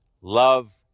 love